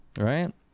right